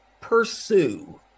pursue